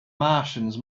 martians